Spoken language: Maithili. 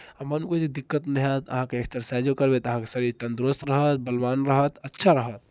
आ मनमे किछु दिक्कत नहि हएत अहाँके एक्सरसाइजो करबै तऽ अहाँके शरीर तन्दरूस्त रहत बलवान रहत अच्छा रहत